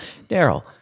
Daryl